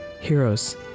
Heroes